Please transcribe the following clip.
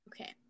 Okay